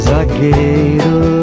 Zagueiro